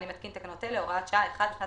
אני מתקין תקנות אלה: הוראת שעה 1. בשנת